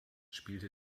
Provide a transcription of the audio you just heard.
spielte